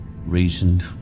reasoned